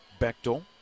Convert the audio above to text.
Bechtel